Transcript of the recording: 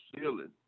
ceiling